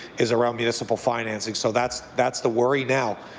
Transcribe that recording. is around municipal financing. so that's that's the worry now.